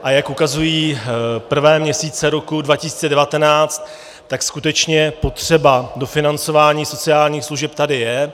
A jak ukazují prvé měsíce roku 2019, tak skutečně potřeba dofinancování sociálních služeb tady je.